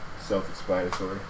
self-explanatory